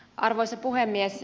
arvoisa puhemies